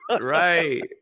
right